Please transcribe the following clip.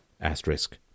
Asterisk